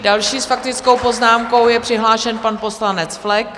Další s faktickou poznámkou je přihlášen pan poslanec Flek.